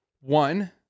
one